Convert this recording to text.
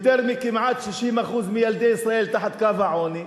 כמעט 60% מילדי ישראל מתחת לקו העוני.